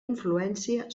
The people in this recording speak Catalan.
influència